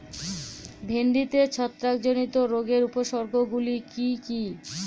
ভিন্ডিতে ছত্রাক জনিত রোগের উপসর্গ গুলি কি কী?